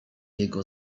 jego